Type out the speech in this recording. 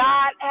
God